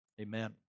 Amen